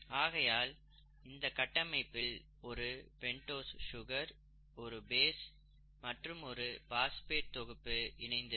ஆகையால் இதன் கட்டமைப்பில் ஒரு பெண்டோஸ் சுகர் ஒரு பேஸ் மற்றும் ஒரு பாஸ்பேட் தொகுப்பு இணைந்திருக்கும்